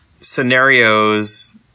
scenarios